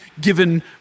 given